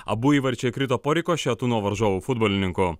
abu įvarčiai krito po rikošetų nuo varžovų futbolininkų